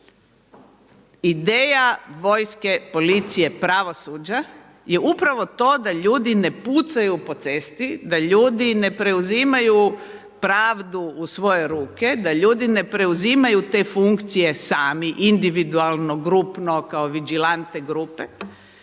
Ideja vojske, policije, pravosuđa je upravo to da ljudi ne pucaju po cesti, da ljudi ne preuzimaju pravdu u svoje ruke, da ljudi ne preuzimaju te funkcije sami individualno, grupno kao vigelante grupe,